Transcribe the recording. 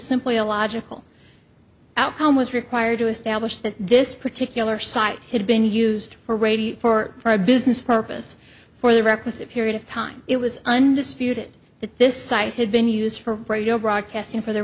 simply a logical outcome was required to establish that this particular site had been used for radio four for a business purpose for the requisite period of time it was undisputed that this site had been used for radio broadcasting for the